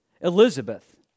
Elizabeth